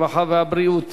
הרווחה והבריאות